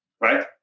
Right